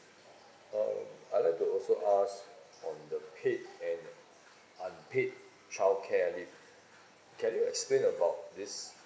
um I'd like to also ask on the paid and unpaid childcare leave can you explain about this